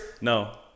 No